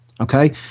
Okay